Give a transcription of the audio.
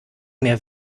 mir